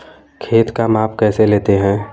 खेत का माप कैसे लेते हैं?